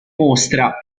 mostra